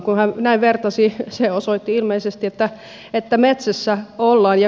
kun hän näin vertasi se osoitti ilmeisesti että metsässä ollaan